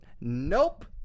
nope